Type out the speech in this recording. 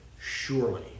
surely